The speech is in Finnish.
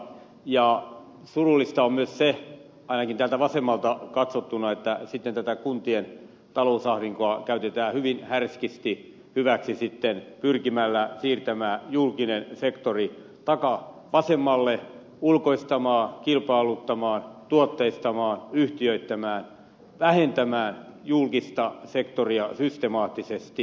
surullista on myös se ainakin täältä vasemmalta katsottuna että sitten tätä kuntien talousahdinkoa käytetään hyvin härskisti hyväksi pyrkimällä siirtämään julkinen sektori takavasemmalle ulkoistamaan kilpailuttamaan tuotteistamaan yhtiöittämään vähentämään julkista sektoria systemaattisesti